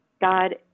God